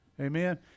Amen